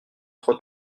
trop